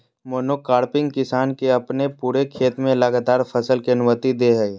monocropping किसान के अपने पूरे खेत में लगातार फसल के अनुमति दे हइ